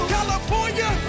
California